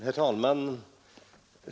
Herr talman!